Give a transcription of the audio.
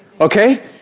okay